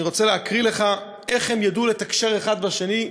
אני רוצה להקריא לך איך הם ידעו לתקשר אחד עם השני,